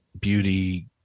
beauty